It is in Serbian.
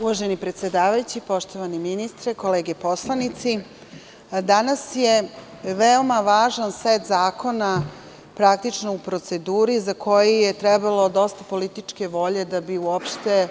Uvaženi predsedavajući, poštovani ministre, kolege poslanici, danas je veoma važan set zakona, praktično u proceduri za koji je trebalo dosta političke volje da bi uopšte